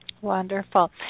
Wonderful